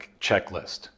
checklist